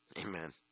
Amen